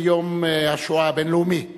כיום השואה הבין-לאומי.